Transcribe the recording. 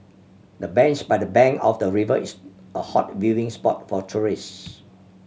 the bench by the bank of the river is a hot viewing spot for tourists